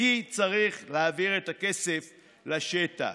כי צריך להעביר את הכסף לשטח.